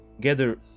gather